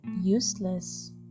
Useless